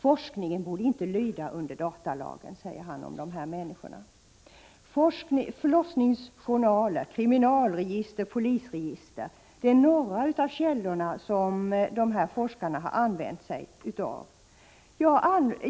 Forskningen borde inte lyda under datalagen. Förlossningsjournaler, kriminalregister och polisregister är några av de källor som dessa forskare använt.